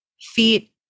feet